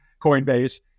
Coinbase